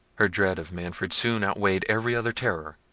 her dread of manfred soon outweighed every other terror.